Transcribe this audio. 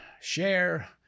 share